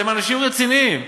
אתם אנשים רציניים,